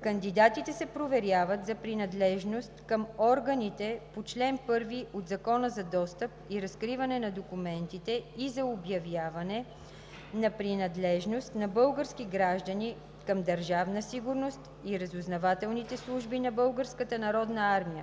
Кандидатите се проверяват за принадлежност към органите по чл. 1 от Закона за достъп и разкриване на документите и за обявяване на принадлежност на български граждани към Държавна сигурност и разузнавателните служби на